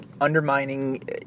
undermining